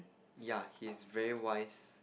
ya he is very wise